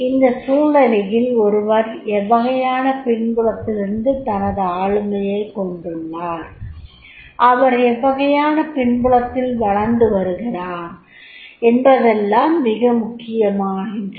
இந்த சூழ்நிலையில் ஒருவர் எவ்வகையான பின்புலத்திலிருந்து தனது ஆளுமையைக் கொண்டுள்ளார் அவர் எவ்வகையான பின்புலத்தில் வளர்ந்து வந்திருக்கிறார் என்பதெல்லாம் மிக முக்கியமாகின்றன